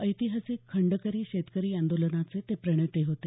ऐतिहासिक खंडकरी शेतकरी आंदोलनाचे ते प्रणेते होते